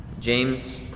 James